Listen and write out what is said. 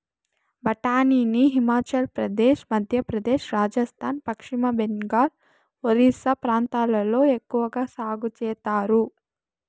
బఠానీని హిమాచల్ ప్రదేశ్, మధ్యప్రదేశ్, రాజస్థాన్, పశ్చిమ బెంగాల్, ఒరిస్సా ప్రాంతాలలో ఎక్కవగా సాగు చేత్తారు